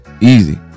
easy